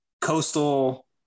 Coastal